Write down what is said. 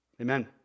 amen